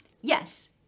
Yes